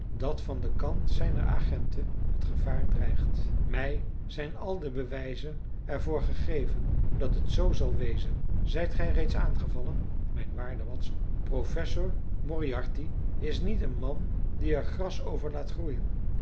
dat van den kant zijner agenten het gevaar dreigt mij zijn al de bewijzen er voor gegeven dat het zoo zal wezen zijt gij reeds aangevallen mijn waarde watson professor moriarty is niet een man die er gras over laat groeien